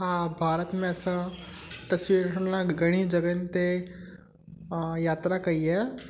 हा भारत में असां तस्वीर वठण जा घणेई जॻहयुनि ते यात्रा कई आहे